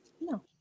No